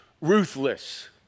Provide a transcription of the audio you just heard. ruthless